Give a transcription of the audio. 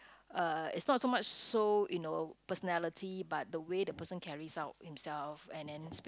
uh it's not so much so you know personality but the way the person carries out himself and then speak